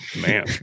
Man